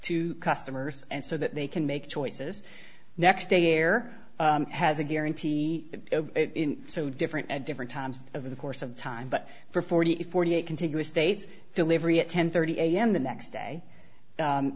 to customers and so that they can make choices next day air has a guarantee so different at different times over the course of time but for forty eight forty eight contiguous states delivery at ten thirty am the next day